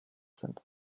sind